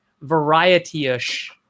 variety-ish